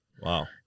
wow